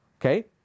Okay